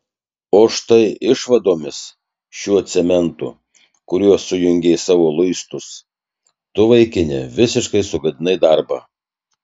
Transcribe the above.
o štai išvadomis šiuo cementu kuriuo sujungei savo luistus tu vaikine visiškai sugadinai darbą